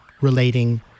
relating